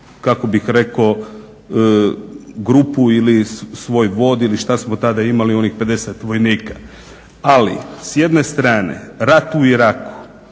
kako bih rekao grupu ili svoj vod ili što smo tada imali onih 50 vojnika. Ali s jedne strane rat u Iraku